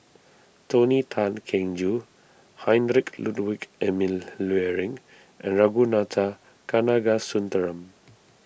Tony Tan Keng Joo Heinrich Ludwig Emil Luering and Ragunathar Kanagasuntheram